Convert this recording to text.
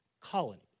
colony